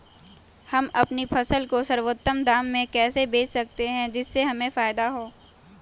हम अपनी फसल को सर्वोत्तम दाम में कैसे बेच सकते हैं जिससे हमें फायदा हो?